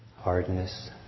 Hardness